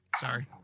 Sorry